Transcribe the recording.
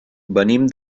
venim